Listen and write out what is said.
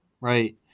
Right